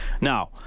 Now